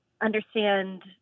understand